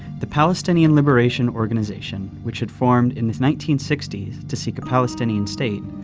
the palestinian liberation organization, which had formed in the nineteen sixty s to seek a palestinian state,